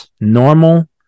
normal